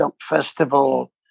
Festival